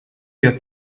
their